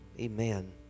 Amen